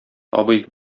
абый